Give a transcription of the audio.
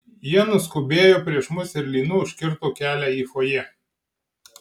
jie nuskubėjo prieš mus ir lynu užkirto kelią į fojė